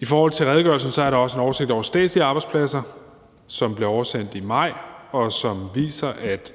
I forhold til redegørelsen er der også en oversigt over statslige arbejdspladser, som blev oversendt i maj 2021, og som viser, at